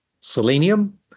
selenium